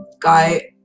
Guy